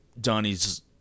Donnie's